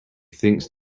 thinks